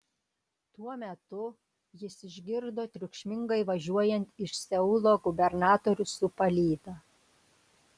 tuo metu jis išgirdo triukšmingai važiuojant iš seulo gubernatorių su palyda